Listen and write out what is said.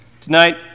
Tonight